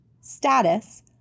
status